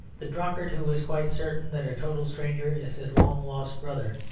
the drunkard who is quite certain that a total stranger is his long-lost brother,